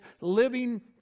living